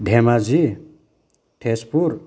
Dhemaji Tezpur